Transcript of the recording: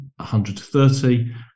130